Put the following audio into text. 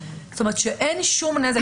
אין שום נזק,